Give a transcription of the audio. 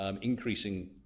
increasing